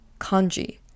kanji